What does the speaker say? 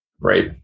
Right